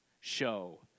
show